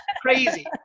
Crazy